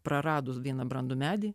praradus vieną brandų medį